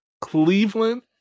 Cleveland